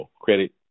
credit